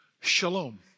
shalom